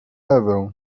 ewę